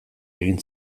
egin